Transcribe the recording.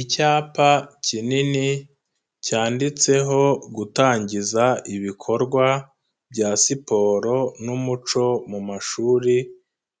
Icyapa kinini cyanditseho gutangiza ibikorwa bya siporo n'umuco mu mashuri,